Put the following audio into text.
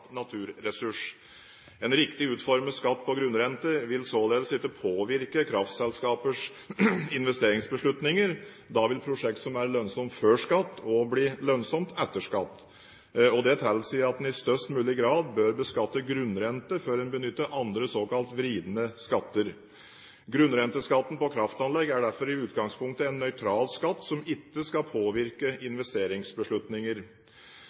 naturressurs. En riktig utformet skatt på grunnrente vil således ikke påvirke kraftselskapers investeringsbeslutninger. Da vil et prosjekt som er lønnsomt før skatt, også bli lønnsomt etter skatt. Dette tilsier at en i størst mulig grad bør beskatte grunnrente før en benytter andre såkalte vridende skatter. Grunnrenteskatten på kraftanlegg er derfor i utgangspunktet en nøytral skatt som ikke skal påvirke